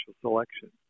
selection